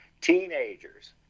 teenagers